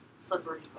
slippery